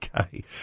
Okay